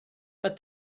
but